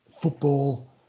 football